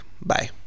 Bye